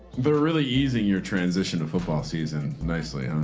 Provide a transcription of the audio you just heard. they're really easing your transition to football season nicely. um